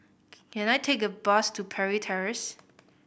can I take a bus to Parry Terrace